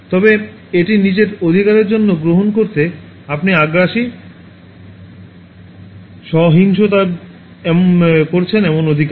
এবং এটি নিজের অধিকারের জন্য গ্রহণ করতে আপনি আগ্রাসী সহিংসতা করছেন এমন অধিকার